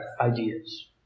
ideas